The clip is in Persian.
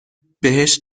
بهش